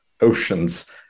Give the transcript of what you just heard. oceans